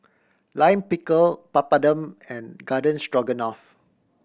Lime Pickle Papadum and Garden Stroganoff